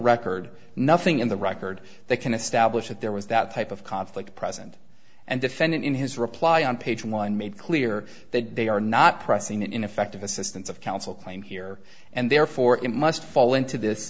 record nothing in the record that can establish that there was that type of conflict present and defendant in his reply on page one made clear that they are not pressing that ineffective assistance of counsel claim here and therefore it must fall into